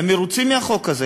הם מרוצים מהחוק הזה.